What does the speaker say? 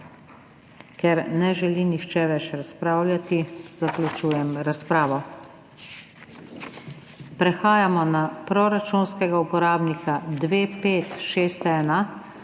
Ker ne želi nihče več razpravljati, zaključujem razpravo. Prehajamo na proračunskega uporabnika 2561